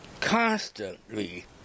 constantly